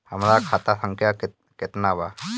हमरा खाता संख्या केतना बा?